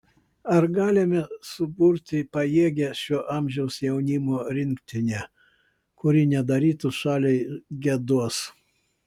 ar galime suburti pajėgią šio amžiaus jaunimo rinktinę kuri nedarytų šaliai gėdos